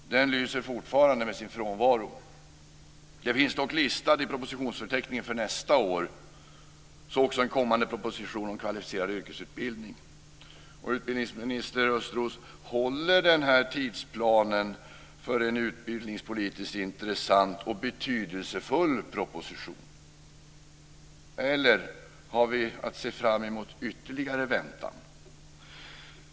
Den lyser fortfarande med sin frånvaro. Den finns dock listad i propositionsförteckningen för nästa år, så också en kommande proposition om kvalificerad yrkesutbildning. Utbildningsminister Östros: Håller den här tidsplanen för en utbildningspolitiskt intressant och betydelsefull proposition eller har vi att se fram emot ytterligare väntan?